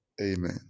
Amen